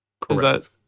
Correct